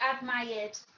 admired